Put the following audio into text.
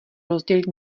rozdělit